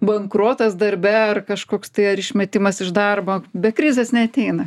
bankrotas darbe ar kažkoks tai ar išmetimas iš darbo be krizės neateina